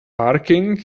parking